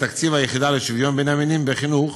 תקציב היחידה לשוויון בין המינים בחינוך